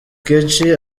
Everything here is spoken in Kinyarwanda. kenshi